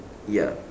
ya